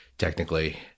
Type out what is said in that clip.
technically